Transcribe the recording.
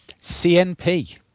CNP